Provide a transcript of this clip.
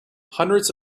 hundreds